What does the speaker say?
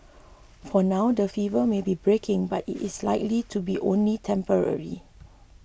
for now that fever may be breaking but it is likely to be only temporary